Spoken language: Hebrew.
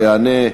יענה,